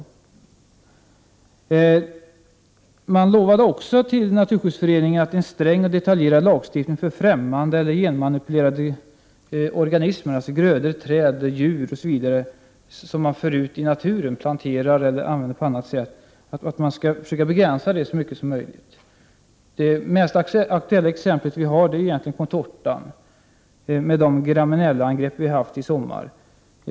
Socialdemokraterna lovade också Naturskyddsföreningen att en sträng och detaljerad lagstiftning avseende främmande eller genmanipulerade organismer, alltså grödor, träd, djur osv., som förs ut i naturen skall begränsas i så stor utsträckning som möjligt. Det mest aktuella exempel som vi har är egentligen contortatallen med de graminellaangrepp vi har haft i sommar.